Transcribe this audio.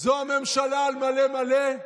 זו הממשלה על מלא מלא?